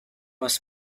was